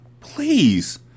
please